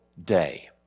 day